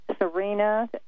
Serena